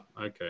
okay